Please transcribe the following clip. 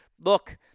Look